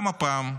גם הפעם,